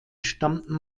stammten